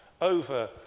over